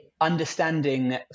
understanding